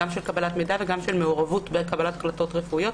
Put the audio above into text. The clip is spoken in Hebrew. גם של קבלת מידע וגם של מעורבות בקבלת החלטות רפואיות,